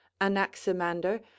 anaximander